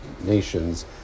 nations